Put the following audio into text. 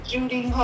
Judy